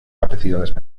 capacidades